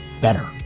better